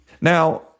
Now